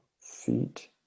Feet